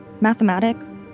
Mathematics